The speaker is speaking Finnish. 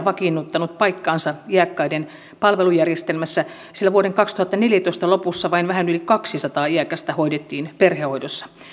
vakiinnuttanut paikkaansa iäkkäiden palvelujärjestelmässä sillä vuoden kaksituhattaneljätoista lopussa vain vähän yli kaksisataa iäkästä hoidettiin perhehoidossa